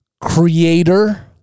creator